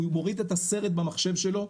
הוא מוריד את הסרט במחשב שלו,